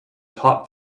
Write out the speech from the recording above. top